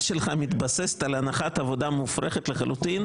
שלך מתבססת על הנחת עבודה מופרכת לחלוטין,